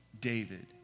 David